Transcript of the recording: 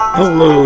Hello